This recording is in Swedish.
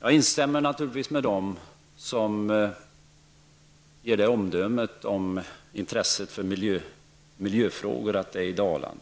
Jag instämmer med dem som avger omdömet att intresset för miljöfrågorna är i avtagande.